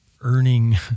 earning